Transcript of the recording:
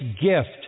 gift